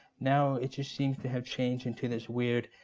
now, it just seems to have changed into this weird,